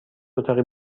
اتاقی